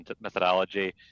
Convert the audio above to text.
methodology